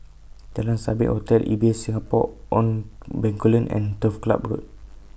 Jalan Sabit Hotel Ibis Singapore on Bencoolen and Turf Club Road